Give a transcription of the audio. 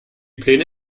pläne